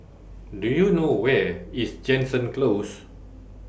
Do YOU know Where IS Jansen Close